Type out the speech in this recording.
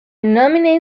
nominate